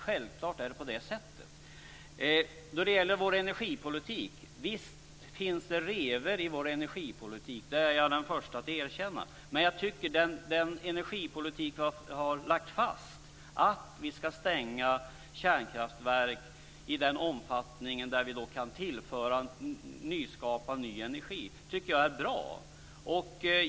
När det gäller vår energipolitik vill jag svara: Visst finns det revor i vår energipolitik - det är jag den förste att erkänna. Men den energipolitik vi har lagt fast - att vi ska stänga kärnkraftverk i den omfattning som vi kan nyskapa och tillföra ny energi - tycker jag är bra.